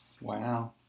Wow